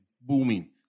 booming